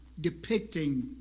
depicting